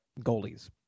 goalies